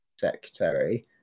secretary